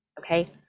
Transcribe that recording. okay